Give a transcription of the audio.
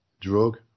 drug